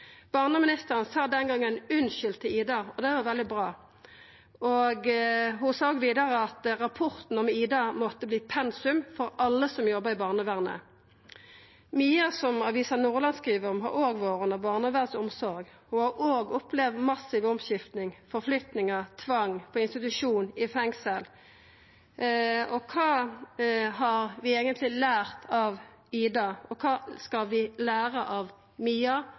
Barneministeren sa den gongen unnskyld til Ida – det var veldig bra – og ho sa vidare at rapporten om Ida måtte verta pensum for alle som jobba i barnevernet. Mia, som Avisa Nordland skriv om, har òg vore under barnevernets omsorg og har òg opplevd massive omskifte, flyttingar, tvang på institusjon, i fengsel. Kva har vi eigentleg lært av Ida, og kva skal vi læra av Mia